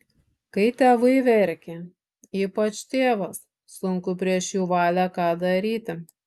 kai tėvai verkia ypač tėvas sunku prieš jų valią ką daryti